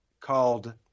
called